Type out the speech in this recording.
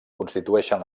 constituïxen